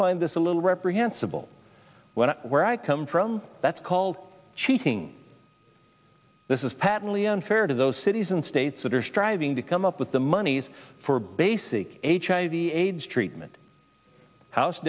find this a little reprehensible when where i come from that's called cheating this is patently unfair to those cities and states that are striving to come up with the monies for basic hiv aids treatment house